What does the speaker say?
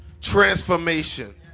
Transformation